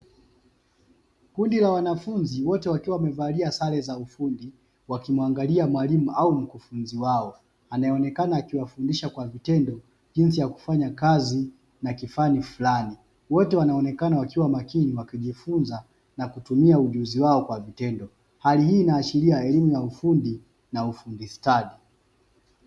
Kundi la wanafunzi wote wakiwa wamevalia sare za ufundi wakimwangalia mwalimu au mkufunzi wao anaonekana akiwafundisha kwa vitendo jinsi ya kufanya kazi na kifani fulani wote wanaonekana wakiwa makini wakijifunza na kutumia ujuzi wao kwa vitendo hali hii inaashiria elimu ya ufundi na ufundi stadi.